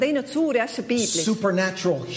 Supernatural